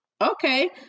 Okay